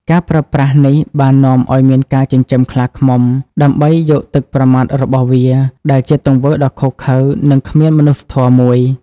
ការប្រើប្រាស់នេះបាននាំឱ្យមានការចិញ្ចឹមខ្លាឃ្មុំ ដើម្បីយកទឹកប្រមាត់របស់វា ដែលជាទង្វើដ៏ឃោរឃៅ និងគ្មានមនុស្សធម៌មួយ។